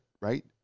right